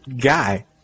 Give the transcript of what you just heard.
Guy